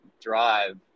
Drive